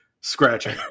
scratching